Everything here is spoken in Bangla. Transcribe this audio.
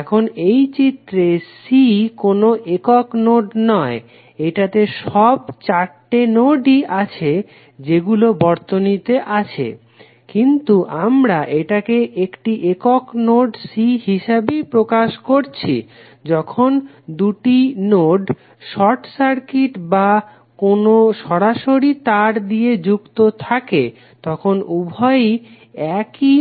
এখন এই চিত্রে c কোনো একক নোড নয় এটাতে সব 4 তে নোডই আছে যেগুলো বর্তনীতে আছে কিন্তু আমরা এটাকে একটি একক নোড c হিসাবেই প্রকাশ করেছি যখন দুটি নোড সর্ট সার্কিট বা কোনো সরাসরি তার দিয়ে যুক্ত থাকে তখন উভয়েই একই